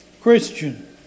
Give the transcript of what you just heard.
Christian